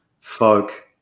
folk